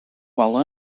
while